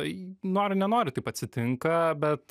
tai nori nenori taip atsitinka bet